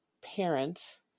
parents